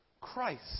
Christ